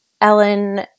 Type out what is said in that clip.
Ellen